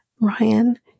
ryan